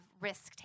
risk